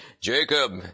Jacob